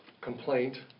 complaint